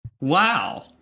Wow